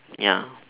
ya